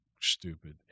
stupid